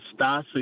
Stasi